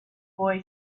boy